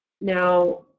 Now